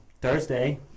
Thursday